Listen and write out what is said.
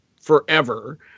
forever